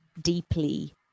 deeply